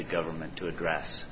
the government to address